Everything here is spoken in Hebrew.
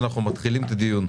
לפני שאנחנו מתחילים את הדיון,